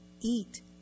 eat